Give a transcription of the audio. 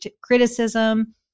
criticism